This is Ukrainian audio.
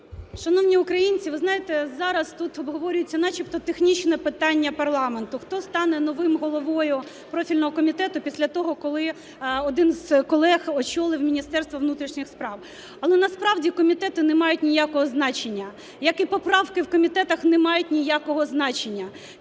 Шановні українці, ви знаєте, зараз тут обговорюється начебто технічне питання парламенту, хто стане новим головою профільного комітету після того, коли один з колег очолив Міністерство внутрішніх справ. Але насправді комітети не мають ніякого значення, як і поправки в комітетах не мають ніякого значення.